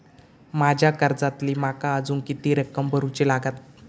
माझ्या कर्जातली माका अजून किती रक्कम भरुची लागात?